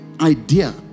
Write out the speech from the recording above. idea